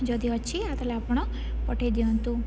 ଯଦି ଅଛି ତାହେଲେ ଆପଣ ପଠେଇ ଦିଅନ୍ତୁ